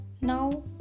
Now